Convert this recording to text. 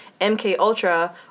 MKUltra